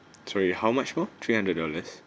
sorry how much more three hundred dollars